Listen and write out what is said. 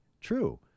true